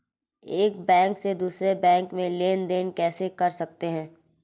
एक बैंक से दूसरे बैंक में लेनदेन कैसे कर सकते हैं?